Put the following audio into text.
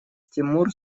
тимур